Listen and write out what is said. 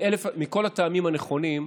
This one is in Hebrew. מכל הטעמים הנכונים,